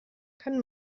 kann